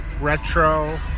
retro